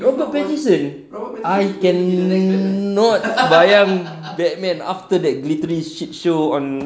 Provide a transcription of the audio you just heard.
robert pattison I cannot bayang that man after that glittery shit show on